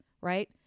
right